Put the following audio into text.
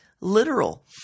literal